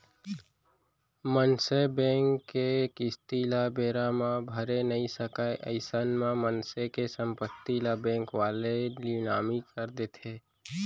मनसे बेंक के किस्ती ल बेरा म भरे नइ सकय अइसन म मनसे के संपत्ति ल बेंक वाले लिलामी कर देथे